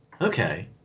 okay